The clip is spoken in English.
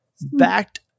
backed